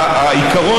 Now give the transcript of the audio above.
הלחץ?